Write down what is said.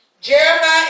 Jeremiah